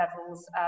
levels